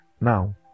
Now